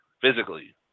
physically